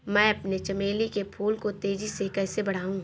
मैं अपने चमेली के फूल को तेजी से कैसे बढाऊं?